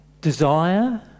Desire